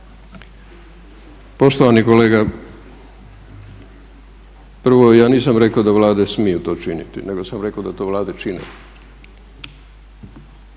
Poštovani kolega, prvo ja nisam rekao da Vlade smiju to činiti, nego sam rekao da to Vlade čine